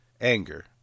Anger